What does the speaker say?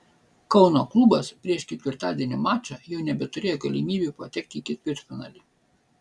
kauno klubas prieš ketvirtadienio mačą jau nebeturėjo galimybių patekti į ketvirtfinalį